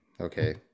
Okay